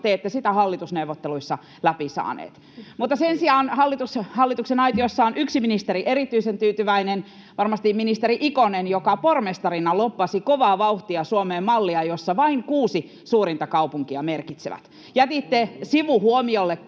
te ette sitä hallitusneuvotteluissa läpi saaneet. Mutta sen sijaan hallituksen aitiossa on yksi ministeri erityisen tyytyväinen, varmasti ministeri Ikonen, joka pormestarina lobbasi kovaa vauhtia Suomeen mallia, jossa vain kuusi suurinta kaupunkia merkitsevät. [Eduskunnasta: